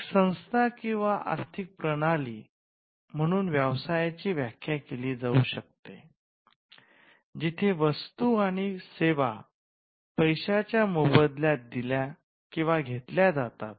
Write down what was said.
एक संस्था किंवा आर्थिक प्रणाली म्हणून व्यवसायाची व्याख्या केली जाऊ शकते जिथे वस्तू आणि सेवा पैश्यांच्या मोबदल्यात दिल्या किंवा घेतल्या जातात